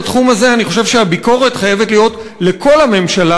בתחום הזה אני חושב שהביקורת חייבת להיות על כל הממשלה,